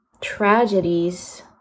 tragedies